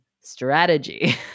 strategy